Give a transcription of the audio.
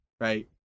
right